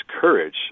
courage